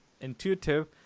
intuitive